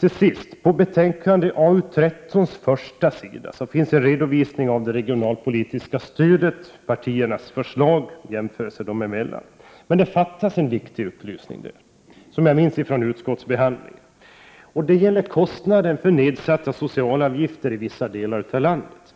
Till sist: På betänkande AU13:s första sida finns en redovisning av det regionalpolitiska stödet. Man jämför de olika partiernas förslag. Men det fattas en viktig upplysning som jag minns från utskottsbehandlingen, nämligen kostnaden för nedsatta socialavgifter i vissa delar av landet.